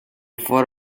fought